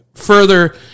further